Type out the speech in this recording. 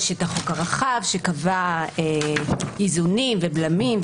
יש את החוק הרחב שקבע איזונים ובלמים,